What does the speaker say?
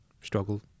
struggle